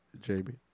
JB